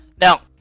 Now